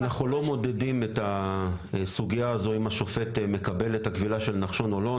אנחנו לא מודדים את הסוגיה הזו אם השופט מקבל את הכבילה של נחשון או לא.